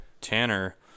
Tanner